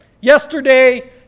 yesterday